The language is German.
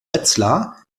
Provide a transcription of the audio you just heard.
wetzlar